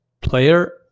player